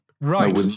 Right